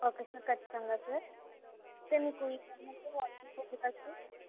okay sir ఖచ్చితంగా sir sir మీకు ఈ నెంబర్కి వాట్సాప్ ఉంది కదా సార్